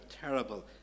terrible